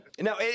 Now